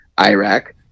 Iraq